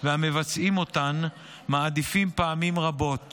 והמבצעים אותן מעדיפים פעמים רבות